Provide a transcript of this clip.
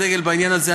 הדגל בעניין הזה.